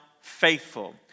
faithful